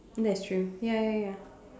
that's true ya ya ya